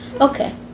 Okay